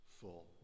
full